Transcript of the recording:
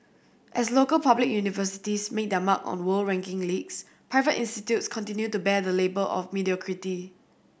as local public universities make their mark on world ranking leagues private institutes continue to bear the label of mediocrity